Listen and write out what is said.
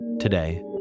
Today